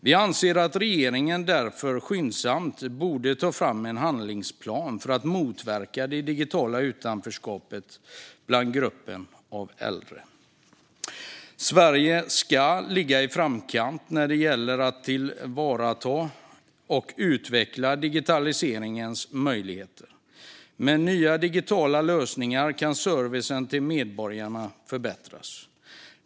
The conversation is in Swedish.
Vi anser därför att regeringen skyndsamt borde ta fram en handlingsplan för att motverka det digitala utanförskapet bland gruppen äldre. Sverige ska ligga i framkant när det gäller att tillvarata och utveckla digitaliseringens möjligheter. Med nya digitala lösningar kan servicen till medborgarna förbättras.